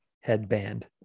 headband